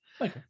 okay